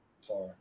sorry